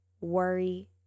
worry